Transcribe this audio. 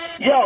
Yo